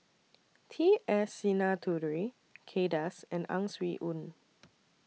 T S Sinnathuray Kay Das and Ang Swee Aun